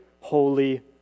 holy